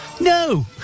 No